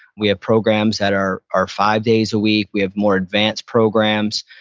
we have programs that are are five days a week. we have more advanced programs.